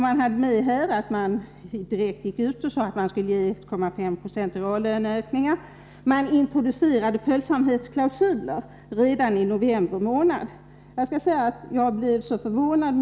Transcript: Man gick direkt ut och sade att man skulle ge 1,5 96 i reallöneökningar, och man introducerade följsamhetsklausuler redan i november månad.